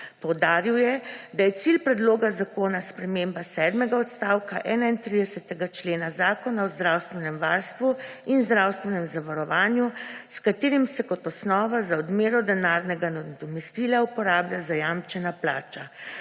Poudaril je, da je cilj predloga zakona sprememba sedmega odstavka 31. člena Zakona o zdravstvenem varstvu in zdravstvenem zavarovanju, s katerim se kot osnova za odmero denarnega nadomestila uporablja zajamčena plača.